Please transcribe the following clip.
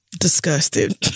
disgusted